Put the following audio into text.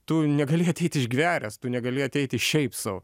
tu negali ateit išgveręs tu negali ateiti šiaip sau